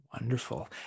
Wonderful